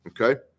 Okay